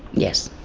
yes,